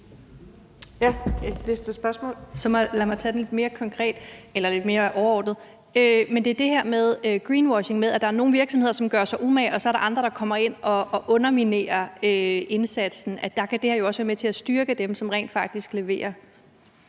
Vind): Der er et spørgsmål mere. Kl. 09:25 Marianne Bigum (SF): Så lad mig tage det lidt mere overordnet. Der er det her med greenwashing, altså at der er nogle virksomheder, som gør sig umage, og at der så er andre, der kommer ind og underminerer indsatsen. Der kan det her jo også være med til at styrke dem, som rent faktisk leverer.